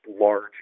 large